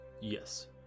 yes